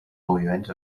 moviments